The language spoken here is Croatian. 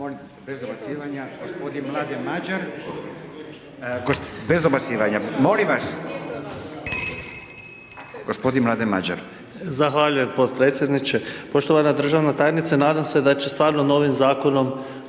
Bez dobacivanja, molim vas.